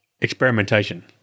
experimentation